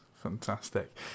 Fantastic